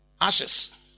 Ashes